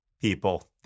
people